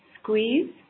squeeze